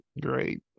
great